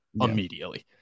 immediately